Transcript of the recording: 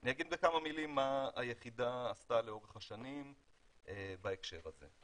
אני אגיד בכמה מילים מה היחידה עשתה לאורך השנים בהקשר הזה.